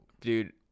Dude